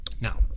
Now